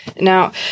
Now